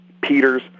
Peters